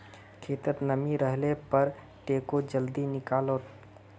खेतत नमी रहले पर टेको जल्दी निकलतोक